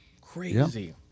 Crazy